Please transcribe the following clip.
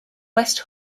west